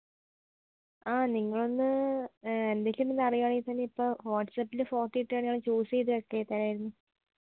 ആ നിങ്ങളൊന്ന് എന്തൊക്കെ ഉണ്ടെന്ന് അറിയുവാണെങ്കിൽ തന്നെ ഇപ്പോൾ വാട്സാപ്പിൽ ഫോട്ടോ ഇട്ടുകഴിഞ്ഞാൽ ഞങ്ങൾ ചൂസ് ചെയ്ത് സെലക്ട് ചെയ്ത് തരാമായിരുന്നു